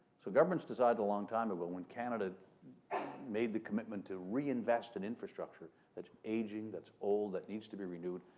so governments decided a long time but ago when canada made the commitment to reinvest in infrastructure that's aging, that's old, that needs to be renewed.